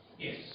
Yes